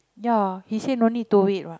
ya he say no need to wait what